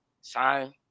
sign –